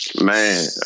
Man